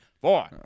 four